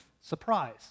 surprise